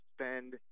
spend